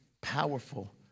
powerful